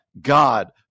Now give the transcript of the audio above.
God